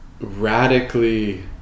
radically